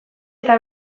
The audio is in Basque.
eta